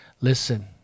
listen